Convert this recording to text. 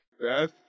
Beth